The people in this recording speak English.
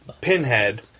Pinhead